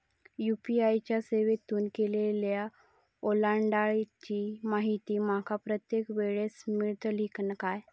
UPI च्या सेवेतून केलेल्या ओलांडाळीची माहिती माका प्रत्येक वेळेस मेलतळी काय?